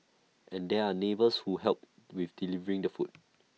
and there are neighbours who help with delivering the food